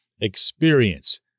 experience